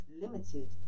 limited